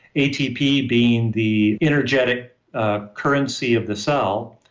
atp being the energetic ah currency of the cell.